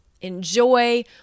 enjoy